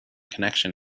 connection